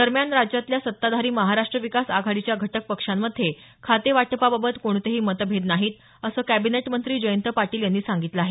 दरम्यान राज्यातल्या सत्ताधारी महाराष्ट्र विकास आघाडीच्या घटक पक्षांमधे खाते वाटपाबाबत कोणतेही मतभेद नाही असं कॅबिनेट मंत्री जयंत पाटील यांनी सांगितलं आहे